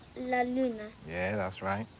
la luna. yeah, that's right.